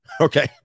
Okay